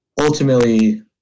ultimately